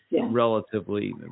relatively